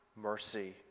mercy